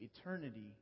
eternity